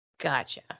Gotcha